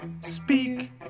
speak